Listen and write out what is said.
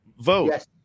vote